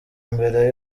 mbere